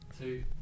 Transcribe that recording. two